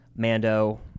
Mando